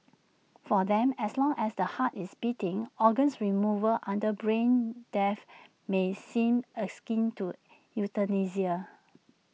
for them as long as the heart is beating organs removal under brain death may seem A skin to euthanasia